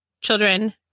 children